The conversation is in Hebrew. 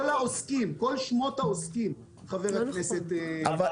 כל העוסקים וכל שמות העוסקים חבר הכנסת ביטון.